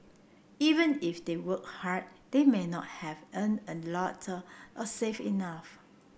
even if they worked hard they may not have earned a lot or saved enough